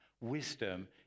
Wisdom